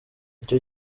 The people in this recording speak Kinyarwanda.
icyo